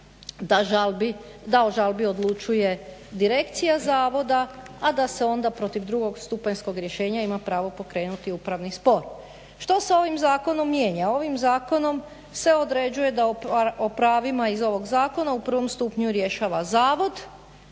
da o žalbi odlučuje direkcija zavoda, a da se onda protiv drugostupanjskog rješenja ima pravo pokrenuti upravni spor. Što se ovim zakonom mijenja? Ovim zakonom se određuje da o pravima iz ovog zakona u prvom stupnju rješava zavod,